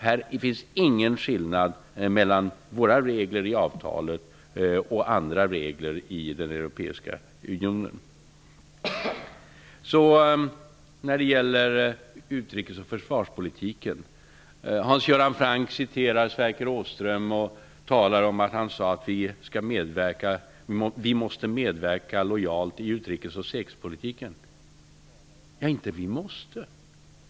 Det finns ingen skillnad mellan våra regler i avtalet och andra regler i den europeiska unionen. Sedan till utrikes och försvarspolitiken. Hans Göran Franck citerade Sverker Åström och talade om att denne har sagt att vi måste medverka lojalt i utrikes och säkerhetspolitiken. Det är inte fråga om att i vimåste.